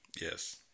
Yes